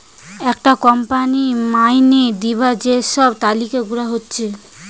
একটা কোম্পানির মাইনে দিবার যে সব তালিকা গুলা হচ্ছে